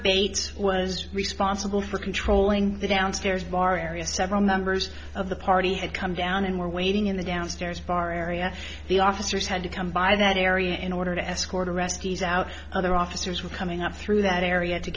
bates was responsible for controlling the downstairs bar area several members of the party had come down and were waiting in the downstairs bar area the officers had to come by that area in order to escort arrestees out other officers were coming up through that area to